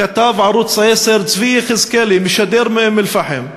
כתב ערוץ 10 צבי יחזקאלי משדר מאום-אלפחם,